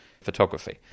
photography